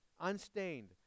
unstained